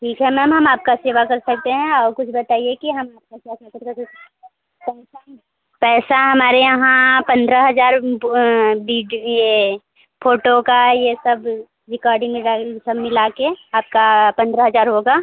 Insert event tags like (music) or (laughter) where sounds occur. ठीक है मैम हम आपका सेवा कर सकते हैं और कुछ बताइए कि हम आपका क्या सहायता (unintelligible) पैसा हम पैसा हमारे यहाँ पंद्रह हज़ार ये फोटो का ये सब रिकाडिंग विकाडिन सब मिला कर आपका पंद्रह हज़ार होगा